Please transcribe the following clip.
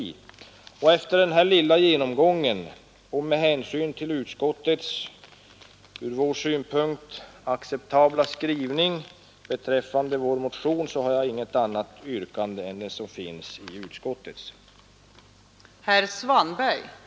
Efter denna korta genomgång och med hänsyn till utskottets ur vår synpunkt acceptabla skrivning beträffande vår motion har jag inget annat yrkande än bifall till utskottets försla